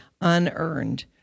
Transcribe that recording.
unearned